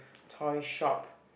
toy shop